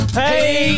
hey